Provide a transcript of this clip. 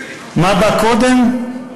מה בא קודם?